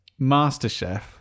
MasterChef